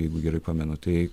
jeigu gerai pamenu tai